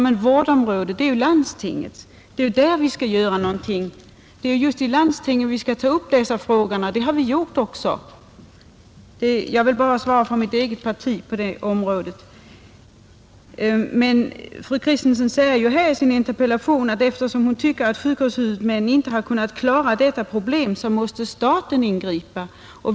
Men vårdområdet hör ju till landstingen. Det är där vi skall göra någonting. Det är just i landstingen vi skall ta upp dessa frågor. Det har vi gjort också — dvs. jag svarar bara för mitt eget parti i det avseendet. Fru Kristensson säger i sin interpellation att eftersom hon tycker att sjukvårdshuvudmännen inte har kunnat klara detta problem så måste staten ingripa.